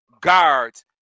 guards